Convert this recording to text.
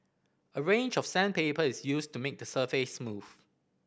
a range of sandpaper is used to make the surface smooth